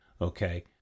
okay